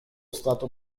stato